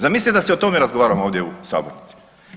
Zamisli da se o tome razgovaramo ovdje u sabornici.